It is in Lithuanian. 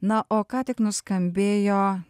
na o ką tik nuskambėjo